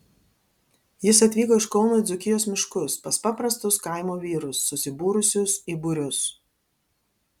jis atvyko iš kauno į dzūkijos miškus pas paprastus kaimo vyrus susibūrusius į būrius